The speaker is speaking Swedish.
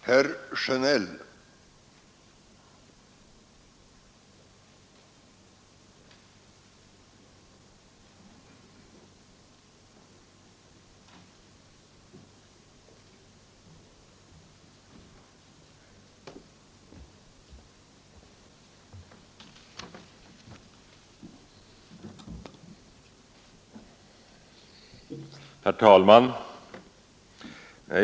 Herr talman!